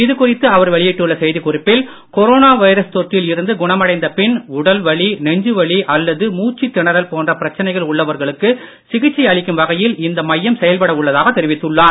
இதுகுறித்து அவர் வெளியிட்டுள்ள செய்திக்குறிப்பில் கொரோனா வைரஸ் தொற்றில் இருந்து குணமடைந்த பின் உடல் வலி நெஞ்சு வலி அல்லது மூச்சுத் திணறல் போன்ற பிரச்சனைகள் உள்ளவர்களுக்கு சிகிச்சை அளிக்கும் வகையில் இந்த மையம் செயல்பட உள்ளதாக தெரிவித்துள்ளார்